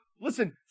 listen